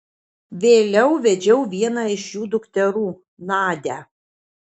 vėliau vedžiau vieną iš jų dukterų nadią